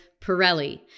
Pirelli